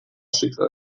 schicksal